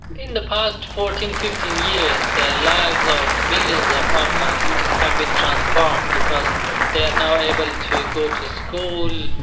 in the past fourteen, fifteen years, the lives of millions of of afghans have been transformed because they are now able to go to school,